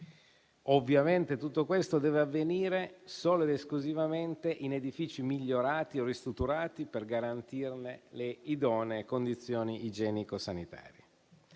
Ovviamente tutto questo deve avvenire solo ed esclusivamente in edifici migliorati o ristrutturati per garantirne le idonee condizioni igienico-sanitarie.